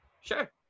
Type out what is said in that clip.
Sure